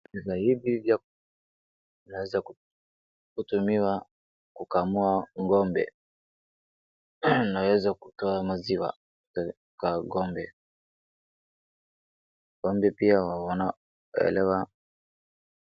Bidhaa hivi vya, vinaweza kutumiwa kukamua ng'ombe, anaweza kutoa maziwa kwa ng'ombe.Ng'ombe pia wanaelewa......